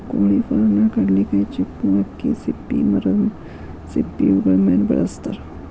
ಕೊಳಿ ಫಾರ್ಮನ್ಯಾಗ ಕಡ್ಲಿಕಾಯಿ ಚಿಪ್ಪು ಅಕ್ಕಿ ಸಿಪ್ಪಿ ಮರದ ಸಿಪ್ಪಿ ಇವುಗಳ ಮೇಲೆ ಬೆಳಸತಾರ